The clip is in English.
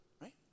right